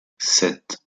sept